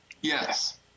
Yes